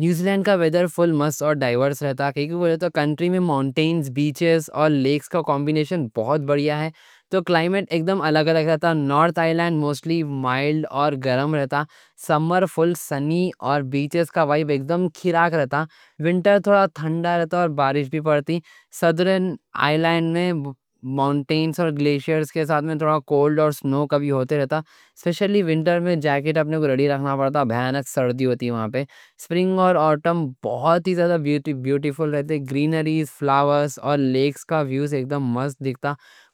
نیوزی لینڈ کا ویدر فل مست اور ڈائیورس رہتا، کائیں کوں بولے تو کنٹری میں ماؤنٹینز، بیچز اور لیکس کا کمبینیشن بہت بڑیا ہے۔ تو کلائمیٹ اگدم الگ رہتا۔ نارتھ آئی لینڈ موسٹلی مائلڈ اور گرم رہتا، سمر فل سنی اور بیچز کا وائب اگدم کھیراک رہتا۔ ونٹر تھوڑا تھنڈا رہتا اور بارش بھی پڑتی۔ سدرن آئی لینڈ میں ماؤنٹینز اور گلیشئرز کے ساتھ میں تھوڑا کولڈ رہتا اور سنو کبھی ہوتے رہتا۔ سپیشلی ونٹر میں جیکٹ اپنے کو ریڈی رکھنا پڑتا، بھیانک سردی ہوتی وہاں پہ۔ سپرنگ اور آٹم بہت ہی زیادہ بیوٹیفل رہتے، گرینری، فلاورز اور لیکس کے ویوز اگدم مست دیکھتا۔